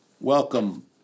Welcome